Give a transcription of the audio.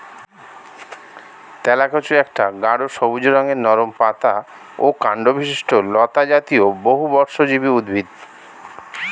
তেলাকুচা একটা গাঢ় সবুজ রঙের নরম পাতা ও কাণ্ডবিশিষ্ট লতাজাতীয় বহুবর্ষজীবী উদ্ভিদ